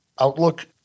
outlook